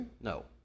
No